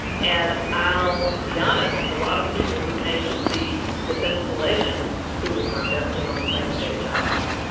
and i'll be honest, a lot of people who came to see this installation who are definitely on the same page i'm on.